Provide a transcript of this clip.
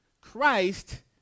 Christ